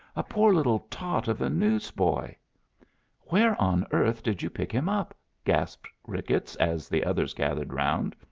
a poor little tot of a newsboy where on earth did you pick him up? gasped ricketts, as the others gathered around.